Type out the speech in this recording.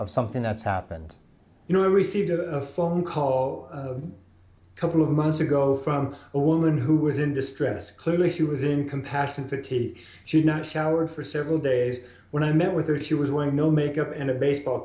of something that's happened you know i received a phone call a couple of months ago from a woman who was in distress clearly she was in compassion fatigue she did not shower for several days when i met with her she was one of no makeup and a baseball